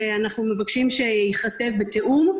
אתם מנסים להסית את הדיון מכך שההצעה שלי מנסה לעגן נוהל בהחלטה.